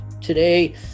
Today